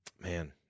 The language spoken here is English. man